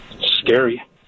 Scary